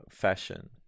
fashion